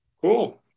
Cool